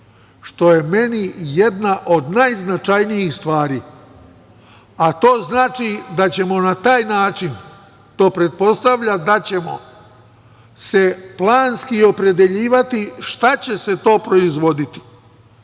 što je meni jedna od najznačajnijih stvari. To znači da ćemo na taj način, to pretpostavlja da ćemo se planski opredeljivati šta će se to proizvoditi. Ako